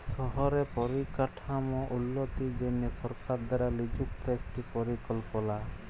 শহরে পরিকাঠাম উল্যতির জনহে সরকার দ্বারা লিযুক্ত একটি পরিকল্পলা